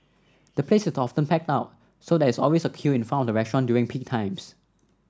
the place is often packed out so there is always a queue in front of restaurant during peak times